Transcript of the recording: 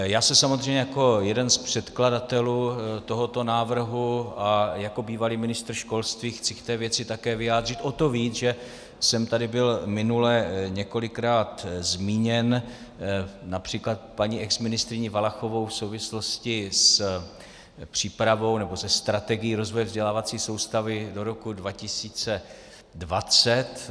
Já se samozřejmě jako jeden z předkladatelů tohoto návrhu a jako bývalý ministr školství chci k té věci také vyjádřit o to víc, že jsem tady byl minule několikrát zmíněn například paní exministryní Valachovou v souvislosti s přípravou nebo se strategií rozvoje vzdělávací soustavy do roku 2020.